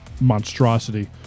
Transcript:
monstrosity